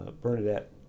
Bernadette